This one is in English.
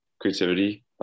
creativity